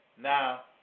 Now